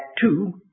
two